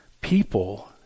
People